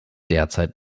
derzeit